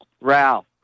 Ralph